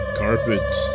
carpets